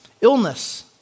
illness